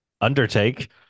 undertake